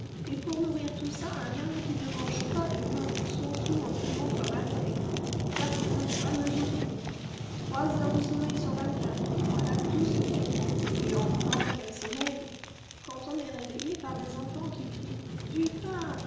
et pour nourrir tout ça un homme qui ne mange pas du pain tout son soûl en trimant comme un nègre car c'est un fameux ouvrier trois heures de sommeil sur vingt-quatre voilà tout ce qu'il prend et encore quel sommeil quand on est réveillé par des enfants qui crient du pain